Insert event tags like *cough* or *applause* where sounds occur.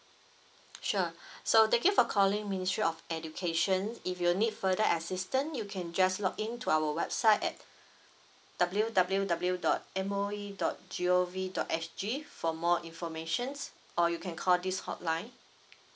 sure *breath* so thank you for calling ministry of education if you need further assistance you can just log in to our website at W W W dot M O E dot G O V dot S G for more informations or you can call this hotline